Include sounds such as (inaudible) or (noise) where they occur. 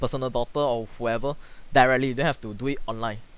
personal doctor or whoever (breath) directly you don't have to do it online